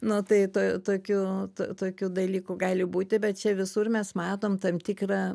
nu tai to to tokių to tokių dalykų gali būti bet čia visur mes matom tam tikrą